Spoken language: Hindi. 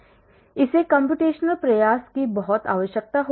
इसलिए इसे कम्प्यूटेशनल प्रयास की बहुत आवश्यकता होगी